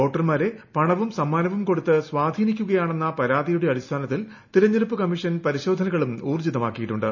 വോട്ടർമാരെ പണവും സമ്മാനവും കൊടുത്ത് സ്വാധീനിക്കുകയാണെന്ന പരാതിയുടെ അടിസ്ഥാനത്തിൽ തെര ഞ്ഞെടുപ്പ് കമ്മീഷൻ പരിശോധനകളും ഊർജിതമാക്കിയിട്ടുണ്ട്